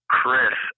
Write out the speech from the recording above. Chris